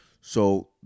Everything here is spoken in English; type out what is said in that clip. So-